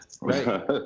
Right